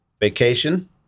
vacation